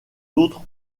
autres